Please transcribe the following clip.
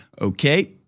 Okay